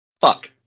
Fuck